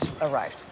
arrived